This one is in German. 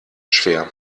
schwer